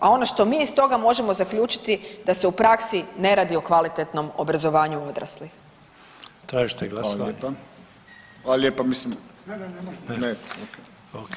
A ono što mi iz toga možemo zaključiti da se u praksi ne radi o kvalitetnom obrazovanju odraslih.